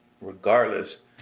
regardless